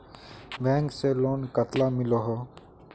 Bank से loan कतला मिलोहो?